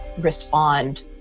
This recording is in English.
respond